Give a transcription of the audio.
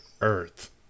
Earth